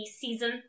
season